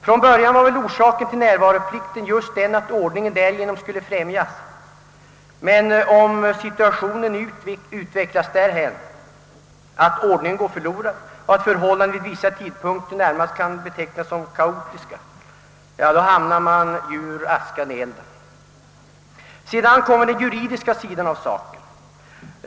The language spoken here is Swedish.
Från början var väl orsaken till närvaroplikten just den, att ordningen därigenom skulle främjas. Men om situationen nu utvecklas därhän, att ordningen går förlorad och att förhållandena vid vissa tidpunkter närmast kan betecknas som kaotiska, då hamnar man ur askan i elden. Sedan kommer den juridiska sidan av saken.